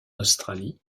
australie